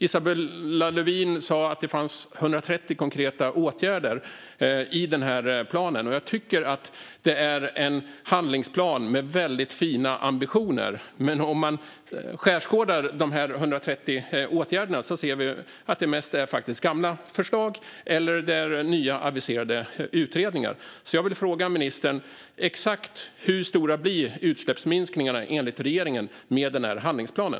Isabella Lövin sa att det finns 130 konkreta åtgärder i planen. Jag tycker att det är en handlingsplan med väldigt fina ambitioner, men om man skärskådar de här 130 åtgärderna ser man att det mest är gamla förslag eller nya aviserade utredningar. Jag vill fråga ministern: Exakt hur stora blir utsläppsminskningarna enligt regeringen med den här handlingsplanen?